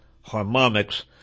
harmonics